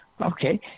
Okay